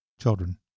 children